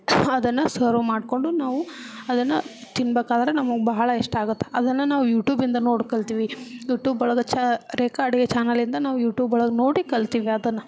ಅದನ್ನು ಸರವ್ ಮಾಡಿಕೊಂಡು ನಾವು ಅದನ್ನು ತಿನ್ನಬೇಕಾದ್ರೆ ನಮಗೆ ಬಹಳ ಇಷ್ಟ ಆಗುತ್ತೆ ಅದನ್ನು ನಾವು ಯೂಟೂಬಿಂದ ನೋಡಿ ಕಲಿತೀವಿ ಯೂಟೂಬ್ ಒಳಗೆ ಚಾ ರೇಖಾ ಅಡುಗೆ ಚಾನಲಿಂದ ನಾವು ಯೂಟೂಬ್ ಒಳಗೆ ನೋಡಿ ಕಲಿತೀವಿ ಅದನ್ನು